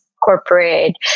corporate